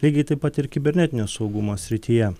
lygiai taip pat ir kibernetinio saugumo srityje